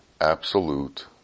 absolute